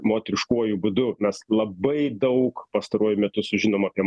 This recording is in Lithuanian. moteriškuoju būdu mes labai daug pastaruoju metu sužinom apie